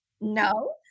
No